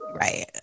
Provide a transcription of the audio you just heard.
Right